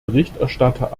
berichterstatter